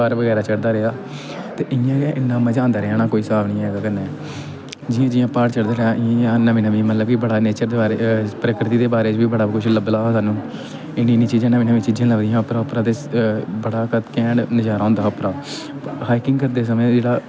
ते इ'यां गै इ'न्ना मजा आंदा रेहा ना कोई साह्ब नीं ओह् करने दा जियां जियां प्हाड़ चढ़दा गेआ इ'यां नमें नमें मतलब कि बड़ा नेचर बारे प्रकृति ते बारे च बड़ा केश लभा लगा करन इन्नियां इन्नियां नमीं नमियां चीजां लबदियां साह्नू ते बड़ा कैंट नजारा होंदा हा उप्परां हाइकिंग करदे समें जेह्ड़ा